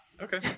Okay